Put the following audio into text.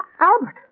Albert